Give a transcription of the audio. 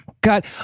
God